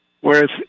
Whereas